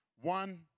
One